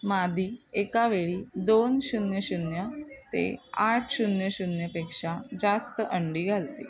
मादी एकावेळी दोन शून्य शून्य ते आठ शून्य शून्यपेक्षा जास्त अंडी घालते